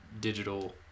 digital